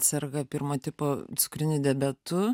serga pirmo tipo cukriniu diabetu